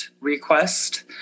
request